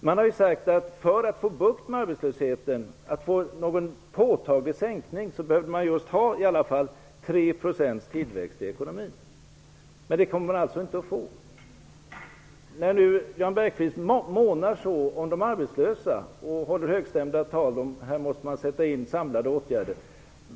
Man har sagt att för att få bukt med arbetslösheten behövs 3 % tillväxt i ekonomin. Det kommer vi inte att få. Jan Bergqvist månar så om de arbetslösa och håller högstämda tal om att man måste sätta in samlade åtgärder.